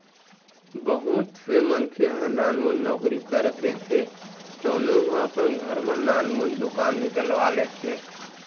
बहुत से मनखे ह नानमुन नउकरी करत रहिथे तउनो ह अपन घर म नानमुन दुकान निकलवा लेथे